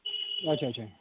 اَچھا اَچھا